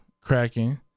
cracking